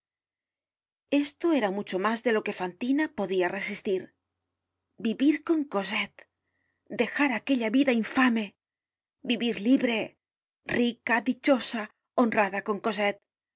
esto éra mucho mas de lo que fantina podia resistir vivir con cosette dejar aquella vida infame vivir libre rica dichosa honrada con cosette ver